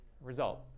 result